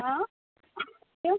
आँ क्यों